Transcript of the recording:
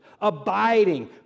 abiding